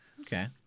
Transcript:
Okay